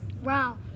Wow